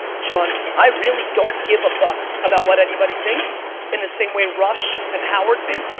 sean, i really don't give a fuck about what anybody thinks in the same way rush and howard think.